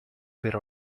per